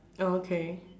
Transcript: oh okay